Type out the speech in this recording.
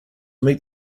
meet